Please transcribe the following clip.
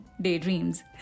daydreams